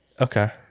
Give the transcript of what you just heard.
Okay